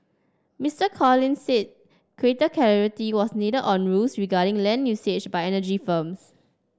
Mister Collins said greater clarity was needed on rules regarding land usage by energy firms